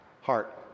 Heart